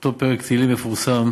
אותו פרק תהילים מפורסם: